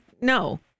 no